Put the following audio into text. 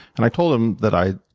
and i told him that i